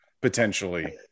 potentially